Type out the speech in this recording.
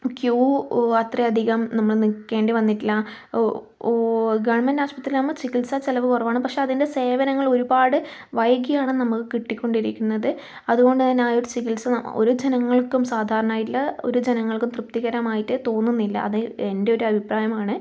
Q അത്രയധികം നമ്മൾ നിൽക്കേണ്ടി വന്നിട്ടില്ല ഗവൺമെന്റ് ആശുപത്രിയിൽ ആക്കുമ്പം ചികിത്സ ചിലവ് കുറവാണ് പക്ഷേ അതിൻ്റെ സേവനങ്ങൾ ഒരുപാട് വൈകിയാണ് നമുക്ക് കിട്ടിക്കൊണ്ടിരിക്കുന്നത് അതുകൊണ്ട് തന്നെ ആ ഒരു ചികിത്സ ഒരു ജനങ്ങൾക്കും സാധാരണയുള്ള ഒരു ജനങ്ങൾക്ക് തൃപ്തികരമായിട്ട് തോന്നുന്നില്ല അത് എൻ്റെ ഒരു അഭിപ്രായമാണ്